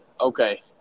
okay